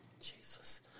Jesus